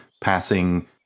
passing